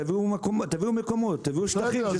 תביאו מקומות, תביאו שטחים, שנפתח.